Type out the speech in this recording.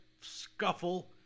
scuffle